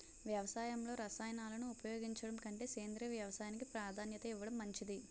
వ్యవసాయంలో రసాయనాలను ఉపయోగించడం కంటే సేంద్రియ వ్యవసాయానికి ప్రాధాన్యత ఇవ్వడం మంచిది